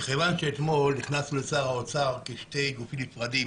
מכיוון שאתמול נכנסנו לשר האוצר כשני גופים נפרדים